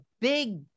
big